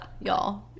Y'all